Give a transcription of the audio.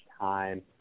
time